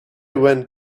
went